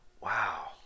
Wow